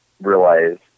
realize